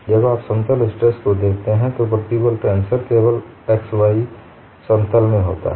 जब आप समतल स्ट्रेस को देखते हैं तो प्रतिबल टेंसर केवल xy समतल में होता है